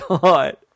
God